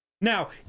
Now